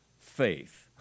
faith